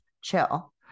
chill